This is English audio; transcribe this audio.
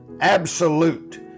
absolute